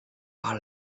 par